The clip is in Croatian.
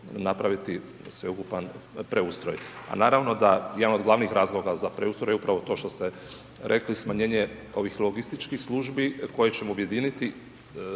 sveukupna preustroj. A naravno da jedan od glavnih razloga za preustroj je upravo to što ste rekli, smanjenje ovih logističkih službi, koje ćemo objediniti,